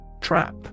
Trap